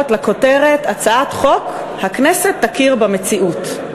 לכותרת "הצעת חוק: הכנסת תכיר במציאות".